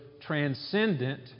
transcendent